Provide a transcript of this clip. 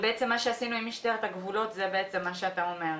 עם משטרת הגבולות, זה מה שאתה אומר.